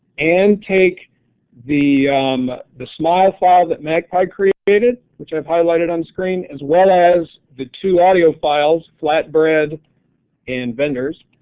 and take the the smio file that magpie created, which i've highlighted on screen, as well as the two audio files, flat bread and vendors.